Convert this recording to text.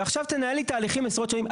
ועכשיו תנהל איתה הליכים עשרות שנים.